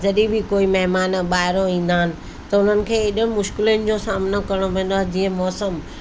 जॾहिं बि कोई महिमान ॿाहिरियों ईंदा आहिनि त उन्हनि खे हेॾो मुश्किलातुनि जो सामिनो करिणो पवंदो आहे जीअं मौसमु